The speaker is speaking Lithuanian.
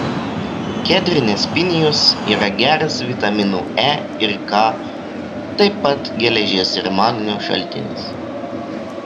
kedrinės pinijos yra geras vitaminų e ir k taip pat geležies ir magnio šaltinis